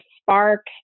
spark